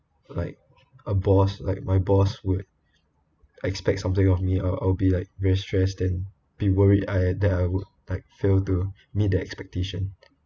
like a boss like my boss would expect something of me I'll I'll be like very stressed then be worry I I that I would like failed to meet the expectation